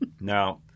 Now